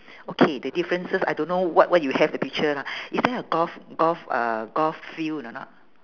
okay the differences I don't know what what you have the picture lah is there a golf golf uh golf field or not